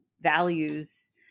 values